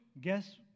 Guess